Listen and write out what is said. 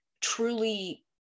truly